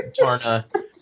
Tarna